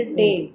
day